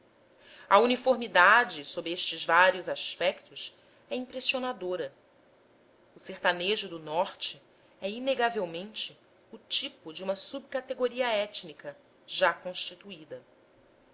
a uniformidade sob estes vários aspectos é impressionadora o sertanejo do norte é inegavelmente o tipo de uma subcategoria étnica já constituída